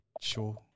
Sure